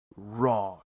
Wrong